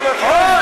זה ראש ממשלה.